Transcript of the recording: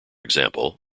example